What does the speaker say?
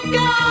go